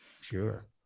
Sure